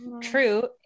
True